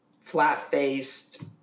Flat-Faced